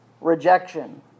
rejection